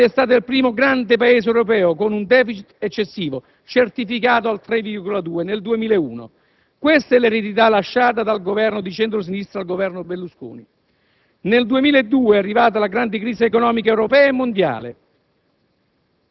l'Italia è stato il primo grande Paese europeo con un *deficit* eccessivo, certificato al 3,2 per cento nel 2001. Questa è l'eredità lasciata dal Governo di centro-sinistra al Governo Berlusconi. Nel 2002 è arrivata la grande crisi economica europea e mondiale